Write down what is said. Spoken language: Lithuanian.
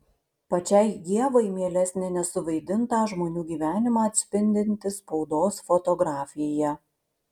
pačiai ievai mielesnė nesuvaidintą žmonių gyvenimą atspindinti spaudos fotografija